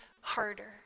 harder